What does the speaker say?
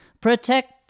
Protect